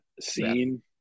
scene